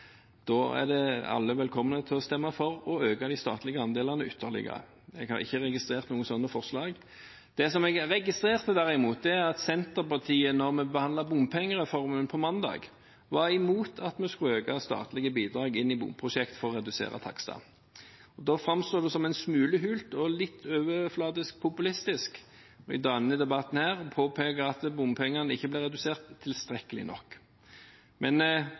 Da er alle velkomne til å stemme for å øke de statlige andelene ytterligere. Jeg har ikke registrert noen sånne forslag. Det som jeg derimot registrerte, var at Senterpartiet var imot at vi skulle øke statlige bidrag til bomprosjekt for å redusere takster da vi behandlet bompengereformen på mandag. Da framstår det som en smule hult og litt overfladisk populistisk når man i denne debatten påpeker at bompengene ikke blir redusert tilstrekkelig. Men